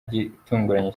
gitunguranye